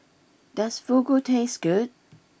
does Fugu taste good